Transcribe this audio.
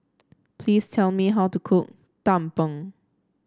please tell me how to cook Tumpeng